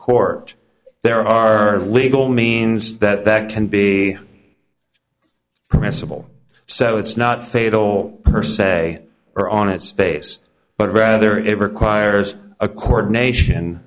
court there are legal means that that can be permissible so it's not fatal her say or on its face but rather it requires a court nation